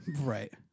Right